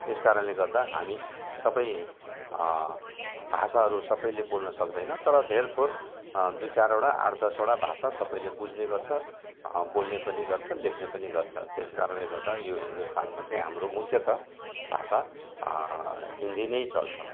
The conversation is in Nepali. यस कारणले गर्दा हामी सबै भाषाहरू सबले बोल्नु सक्दैन तर धेर थोर दुई चारवटा आठ दसवटा भाषा सबले बुझ्ने गर्छ बोल्ने पनि गर्छ लेख्ने पनि गर्छ त्यस कारणले गर्दा यो हिन्दुस्तानमा चाहिँ हाम्रो मुख्यतः भाषा हिन्दी नै चल्छ